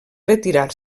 retirar